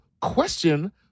question